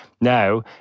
Now